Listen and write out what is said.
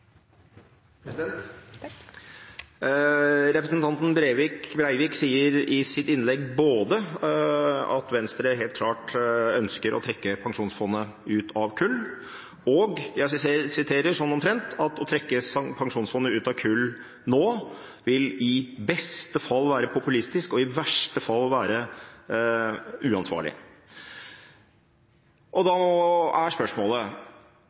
Representanten Breivik sier i sitt innlegg både at Venstre helt klart ønsker å trekke Pensjonsfondet ut av kull, og – jeg siterer sånn omtrent – at å trekke Pensjonsfondet ut av kull nå i beste fall vil være populistisk og i verste fall uansvarlig. Da er spørsmålet: